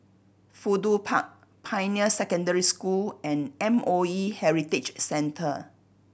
Fudu Park Pioneer Secondary School and M O E Heritage Centre